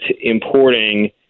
importing